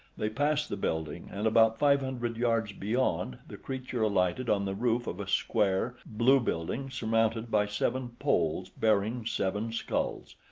they passed the building and about five hundred yards beyond the creature alighted on the roof of a square, blue building surmounted by seven poles bearing seven skulls.